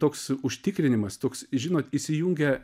toks užtikrinimas toks žinot įsijungia